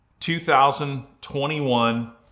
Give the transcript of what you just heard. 2021